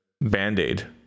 band-aid